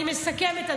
אני מסכמת,